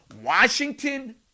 Washington